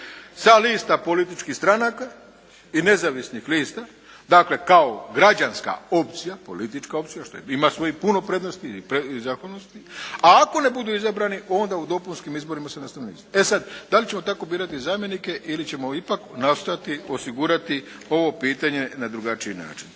sa lista političkih stranaka i nezavisnih lista, dakle kao građanska opcija, politička opcija što ima svojih puno prednosti i … a ako ne budu izabrani onda u dopunskim izborima se … E sada da li ćemo tako birati zamjenike ili ćemo ipak nastojati osigurati ovo pitanje na drugačiji način.